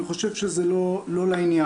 ואני חושב שזה לא לעניין.